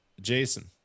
Jason